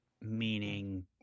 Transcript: meaning